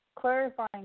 clarifying